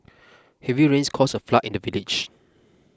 heavy rains caused a flood in the village